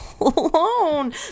alone